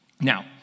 Now